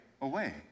away